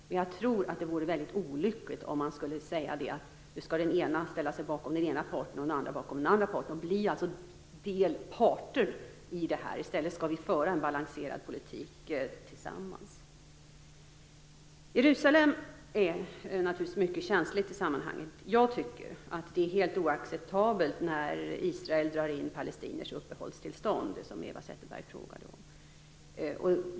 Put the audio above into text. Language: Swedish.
Men jag tror att det vore väldigt olyckligt om man skulle säga att den ena skall ställa sig bakom den ena parten och den andra bakom den andra parten och på det sättet bli delparter i detta. I stället skall vi föra en balanserad politik tillsammans. Jerusalem är naturligtvis mycket känsligt i sammanhanget. Jag tycker att det är helt oacceptabelt när Israel drar in palestiniers uppehållstillstånd, som Eva Zetterberg tog upp.